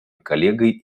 коллегой